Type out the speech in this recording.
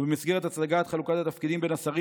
ובמסגרת הצגת חלוקת התפקידים בין השרים